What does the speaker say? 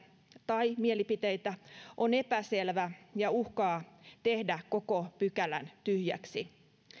tai mielipiteitä on epäselvä ja uhkaa tehdä koko pykälän tyhjäksi